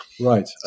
Right